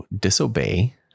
disobey